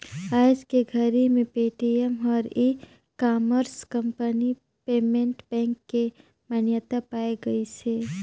आयज के घरी मे पेटीएम हर e commerce company payment bank के मान्यता पाए गइसे